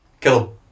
Kill